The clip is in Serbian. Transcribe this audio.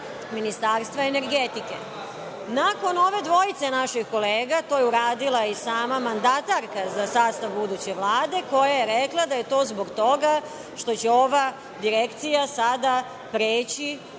Ministarstva energetike. Nakon ove dvojice naših kolega, to je uradila i sama mandatarka za sastav buduće Vlade, koja je rekla da je to zbog toga što će ova direkcija sada preći